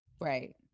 Right